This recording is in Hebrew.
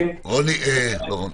ישראלית.